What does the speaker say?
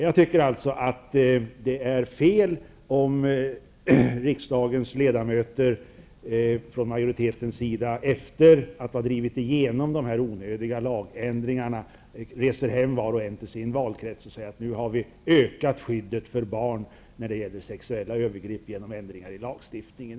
Jag tycker alltså att det är fel om företrädarna för riksdagsmajoriteten efter att ha drivit igenom onödiga lagändringar reser hem var och en till sin valkrets och säger att nu har de ökat skyddet för barn när det gäller sexuella övergrepp genom att göra ändringar i lagstiftningen.